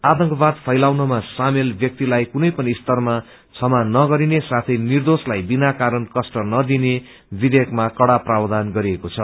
आतंकवाद फैलाउनमा सामेल व्यक्तिलाई कुनै पनि स्तरमा क्षमा नगरिने साथै निर्दोष्लाई बिनाकारण कष्ट नदिने विचेयकमा कड़ा प्रावधान गरिएको छ